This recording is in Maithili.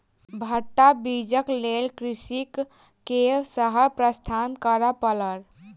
भट्टा बीजक लेल कृषक के शहर प्रस्थान करअ पड़ल